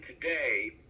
today